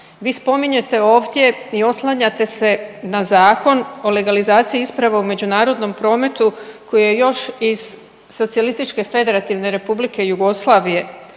Vi spominjete ovdje i oslanjate se na Zakon o legalizaciji isprava u međunarodnom prometu koji je još iz SFRJ. U Članku 3. kaže javne isprave